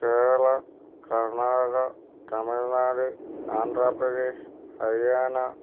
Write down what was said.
Kerala Karnataka Tamil Nadu Andhra Pradesh Haryana